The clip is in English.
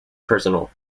personnel